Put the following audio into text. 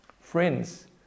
Friends